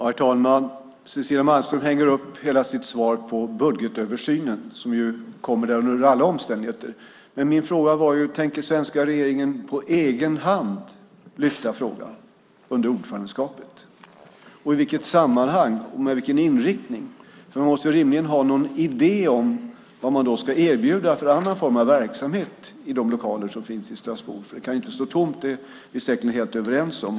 Herr talman! Cecilia Malmström hänger upp hela sitt svar på budgetöversynen, som ju kommer att genomföras under alla omständigheter. Men min fråga var: Tänker den svenska regeringen på egen hand lyfta fram frågan under ordförandeskapet och i så fall i vilket sammanhang och med vilken inriktning? Man måste väl rimligen ha någon idé om vad man ska erbjuda för annan form av verksamhet i de lokaler som finns i Strasbourg, för att de inte kan stå tomma är vi säkert överens om.